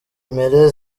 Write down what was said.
meles